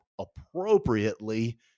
appropriately